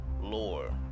lore